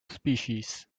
species